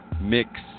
mix